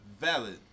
valid